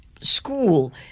school